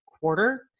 quarter